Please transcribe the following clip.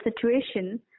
situation